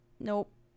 Nope